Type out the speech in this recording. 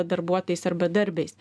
darbuotojais ar bedarbiais